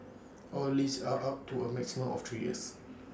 all leases are up to A maximum of three years